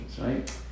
right